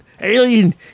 alien